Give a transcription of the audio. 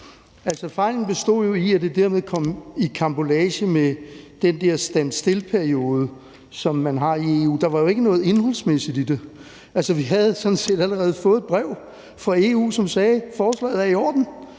Fejlen bestod jo i, at det dermed kom i karambolage med den der stand still-periode, som man har i EU. Der var jo ikke noget indholdsmæssigt i det. Vi havde sådan set allerede fået et brev fra EU, som sagde, at forslaget var i orden.